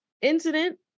incident